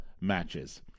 matches